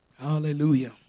Hallelujah